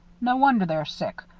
no wonder they're sick,